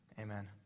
Amen